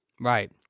Right